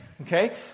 Okay